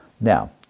Now